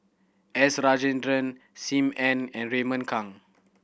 S Rajendran Sim Ann and Raymond Kang